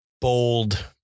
bold